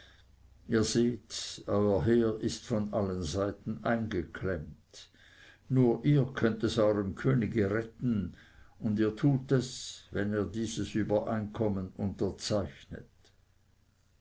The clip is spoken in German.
heer ist von allen seiten eingeklemmt nur ihr könnt es euerm könige retten und ihr tut es wenn ihr dieses übereinkommen unterzeichnet